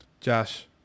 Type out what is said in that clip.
Josh